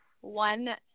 one